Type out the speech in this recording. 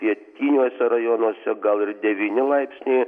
pietiniuose rajonuose gal ir devyni laipsniai